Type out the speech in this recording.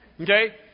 Okay